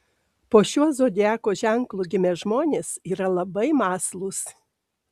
po šiuo zodiako ženklu gimę žmonės yra labai mąslūs